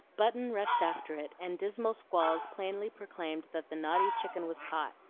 button rushed after it, and dismal squalls plainly proclaimed that the naughty chicken was caught.